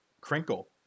crinkle